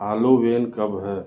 Halloween کب ہے